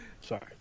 Sorry